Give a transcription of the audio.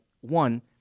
One